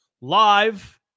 live